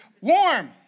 warm